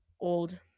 old